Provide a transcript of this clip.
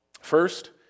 First